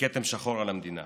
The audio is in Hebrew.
ו"כתם שחור על המדינה".